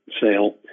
sale